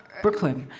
brooklyn,